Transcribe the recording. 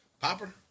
Popper